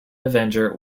avenger